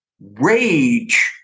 rage